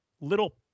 little